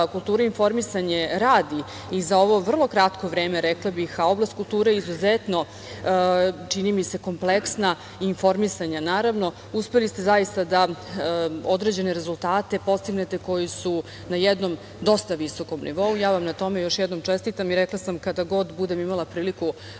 kulturu i informisanje radi i za ovo vrlo kratko vreme, rekla bih, a oblast kulture je izuzetno, čini mi se, kompleksna i informisanja, naravno. Uspeli ste zaista da određene rezultate postignete, koji su na jednom dosta visokom nivou i ja vam na tome još jednom čestitam. Rekla sam, kada god budem imala priliku